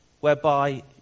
whereby